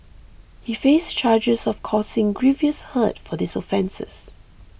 he faced charges of causing grievous hurt for these offences